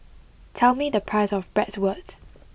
tell me the price of Bratwurst